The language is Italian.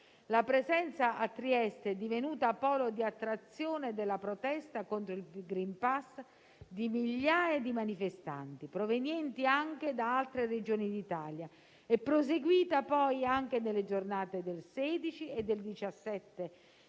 La presenza a Trieste - divenuta polo di attrazione della protesta contro il *green pass -* di migliaia di manifestanti, provenienti anche da altre Regioni d'Italia, è proseguita anche nelle giornate di sabato 16